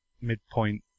midpoint